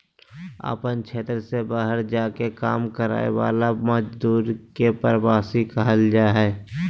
अपन क्षेत्र से बहार जा के काम कराय वाला मजदुर के प्रवासी कहल जा हइ